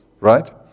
right